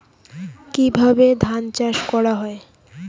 কিভাবে ধান চাষ করা হয়?